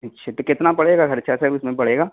اچھا تو کتنا پڑے گا خرچہ سر اس میں پڑے گا